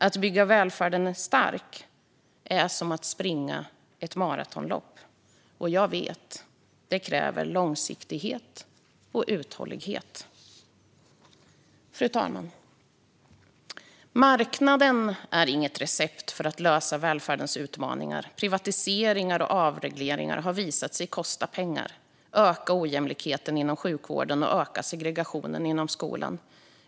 Att bygga välfärden stark är som att springa ett maratonlopp, och jag vet att det kräver långsiktighet och uthållighet. Fru talman! Marknaden är inget recept för att lösa välfärdens utmaningar. Privatiseringar och avregleringar har visat sig kosta pengar, öka ojämlikheten inom sjukvården och öka segregationen inom skolan.